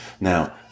Now